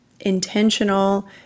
intentional